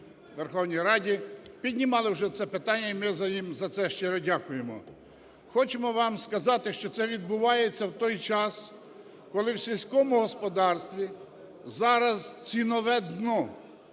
Верховній Раді піднімали вже це питання, і ми їм за це щиро дякуємо. Хочемо вам сказати, що це відбувається в той час, коли в сільському господарстві зараз цінове дно.